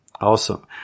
Awesome